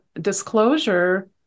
disclosure